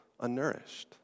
unnourished